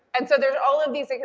and so there's all of these, like,